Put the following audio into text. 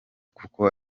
kuko